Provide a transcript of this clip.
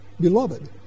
beloved